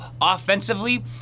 offensively